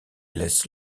laissent